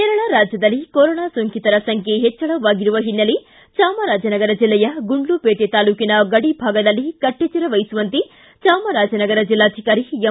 ಕೇರಳ ರಾಜ್ಯದಲ್ಲಿ ಕೊರೊನಾ ಸೋಂಕಿತರ ಸಂಖ್ಯೆ ಹೆಚ್ಚಳವಾಗಿರುವ ಹಿನ್ನೆಲೆ ಚಾಮರಾಜನಗರ ಜಿಲ್ಲೆಯ ಗುಂಡ್ಲಪೇಟೆ ತಾಲೂಕಿನ ಗಡಿಭಾಗದಲ್ಲಿ ಕಟ್ಟೆಚ್ಚರ ವಹಿಸುವಂತೆ ಚಾಮರಾಜನಗರ ಜಿಲ್ಲಾಧಿಕಾರಿ ಎಂ